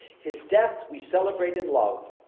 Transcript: his death we celebrate in love,